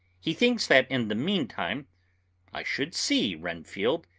he thinks that in the meantime i should see renfield,